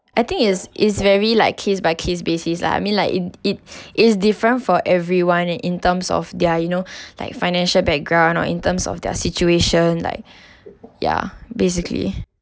I think is is very like case by case basis lah I mean like it it it's different for everyone and in terms of their you know like financial background or in terms of their situation like ya basically